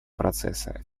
процесса